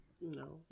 no